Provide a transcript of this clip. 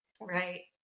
Right